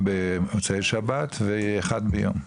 שניים במוצאי שבת, ואחד ביום.